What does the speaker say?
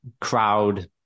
crowd